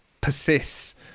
persists